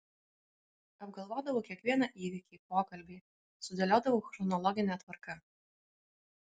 apgalvodavau kiekvieną įvykį pokalbį sudėliodavau chronologine tvarka